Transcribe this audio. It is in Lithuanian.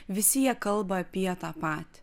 visi jie kalba apie tą patį